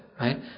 right